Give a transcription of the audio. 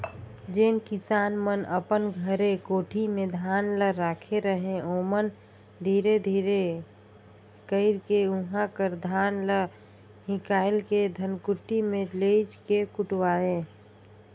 जेन किसान मन अपन घरे कोठी में धान ल राखे रहें ओमन धीरे धीरे कइरके उहां कर धान ल हिंकाएल के धनकुट्टी में लेइज के कुटवाएं